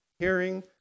Hearing